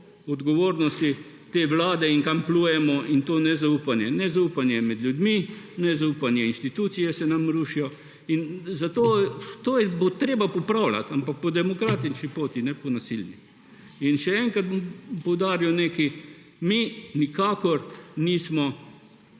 odgovornosti te vlade in kam plujemo in to nezaupanje. Nezaupanje med ljudmi, inštitucije se nam rušijo. To bo treba popravljati, ampak po demokratični poti, ne po nasilni. In še enkrat bom poudaril nekaj, mi nikakor nismo